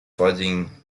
fighting